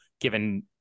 given